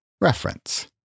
Reference